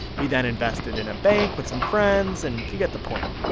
he then invested in a bank with some friends and you get the point.